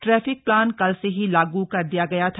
traffic plan कल से ही लागू कर दिया गया था